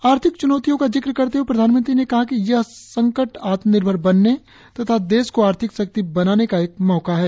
आर्थिक च्नौतियों का जिक्र करते हए प्रधानमंत्री ने कहा कि यह संकट आत्मनिर्भर बनने और देश को आर्थिक शक्ति बनाने का एक मौका है